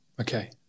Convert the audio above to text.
Okay